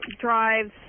drives